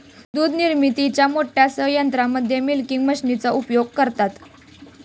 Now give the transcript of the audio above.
दूध निर्मितीच्या मोठ्या संयंत्रांमध्ये मिल्किंग मशीनचा उपयोग करतात